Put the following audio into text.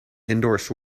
endorsed